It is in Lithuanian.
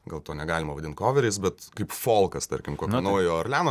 gal to negalima vadint koveriais bet kaip folkas tarkim kokio naujo orleano